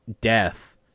death